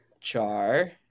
char